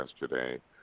yesterday